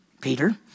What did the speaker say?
Peter